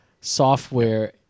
software